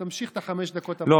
תמשיך את החמש דקות הבאות,